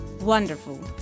Wonderful